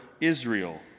Israel